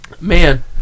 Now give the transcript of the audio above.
man